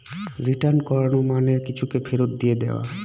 return করানো মানে কিছুকে ফেরত দিয়ে দেওয়া